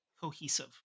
cohesive